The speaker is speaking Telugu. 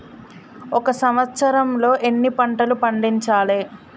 ఒక సంవత్సరంలో ఎన్ని పంటలు పండించాలే?